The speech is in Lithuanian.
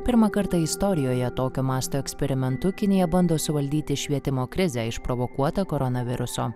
pirmą kartą istorijoje tokio masto eksperimentu kinija bando suvaldyti švietimo krizę išprovokuotą koronaviruso